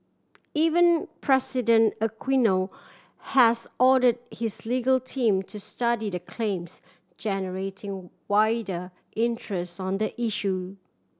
Even President Aquino has order his legal team to study the claims generating wider interest on the issue